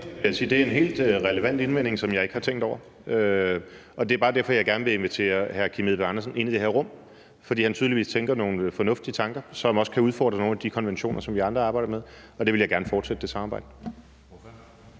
det er en helt relevant indvending, som jeg ikke havde tænkt over. Og det er bare derfor, at jeg gerne vil invitere hr. Kim Edberg Andersen ind i det her rum, for han tænker tydeligvis nogle fornuftige tanker, som også kan udfordre nogle af de konventioner, som vi andre arbejder med, og det samarbejde vil jeg gerne fortsætte. Kl. 17:33 Anden